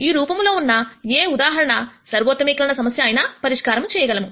ఈ రూపము లో ఉన్న ఏ ఉదాహరణ సర్వోత్తమీకరణ సమస్య అయినా పరిష్కారం చేయగలము